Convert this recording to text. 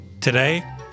Today